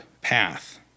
path